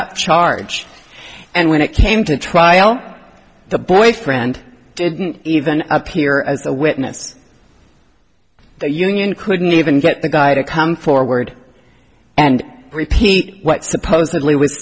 up charge and when it came to trial the boyfriend didn't even appear as a witness the union couldn't even get the guy to come forward and repeat what supposedly w